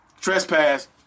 trespass